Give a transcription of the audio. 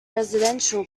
residual